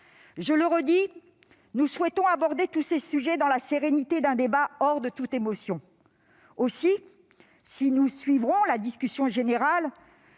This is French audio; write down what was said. Je le répète, nous souhaitons aborder tous ces sujets dans la sérénité d'un débat hors de toute émotion. Aussi, alors que nous suivrons la discussion générale,